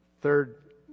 Third